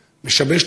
מעצר,